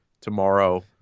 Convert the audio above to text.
tomorrow